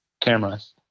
cameras